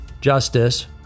Justice